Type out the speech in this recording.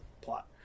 plot